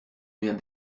même